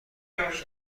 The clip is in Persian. عطسه